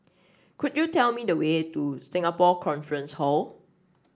could you tell me the way to Singapore Conference Hall